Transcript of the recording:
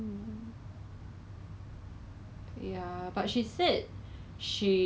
有有很多 !wah! 我觉得有一个 orh that day 我 pass by